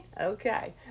Okay